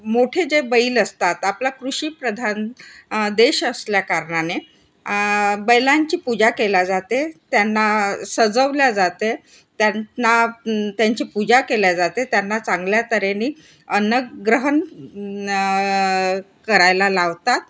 मोठे जे बैल असतात आपला कृषीप्रधान देश असल्याकारणाने बैलांची पूजा केल्या जाते त्यांना सजवल्या जाते त्यांना त्यांची पूजा केल्या जाते त्यांना चांगल्या तऱ्हेने अन्नग्रहण न करायला लावतात